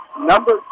number